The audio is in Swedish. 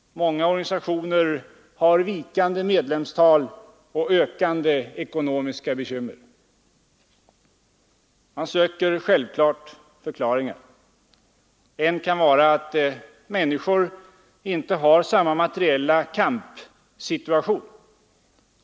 Många organisationer har vikande medlemstal och ökande ekonomiska bekymmer. Man söker självklart förklaringar. En av dem kan vara att människor inte har samma materiella kampsituation.